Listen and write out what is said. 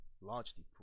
largely